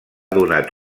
donat